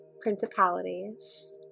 principalities